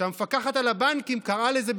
כשהמפקחת על הבנקים קראה לזה,